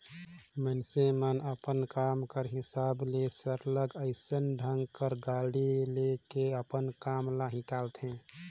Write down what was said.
मइनसे मन अपन काम कर हिसाब ले सरलग अइसन ढंग कर गाड़ी ले के अपन काम ल हिंकालथें